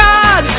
God